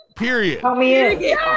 Period